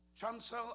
chancel